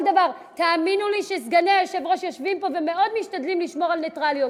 תאמינו לי שסגני היושב-ראש יושבים פה ומאוד משתדלים לשמור על נייטרליות,